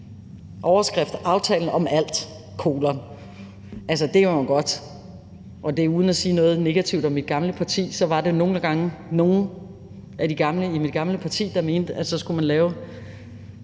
overskriften: Aftalen om alt. Det kan man godt, og uden at sige noget negativt om mit gamle parti var der nogle gange nogle af de gamle i mit gamle parti, der mente, at man enten